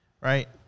right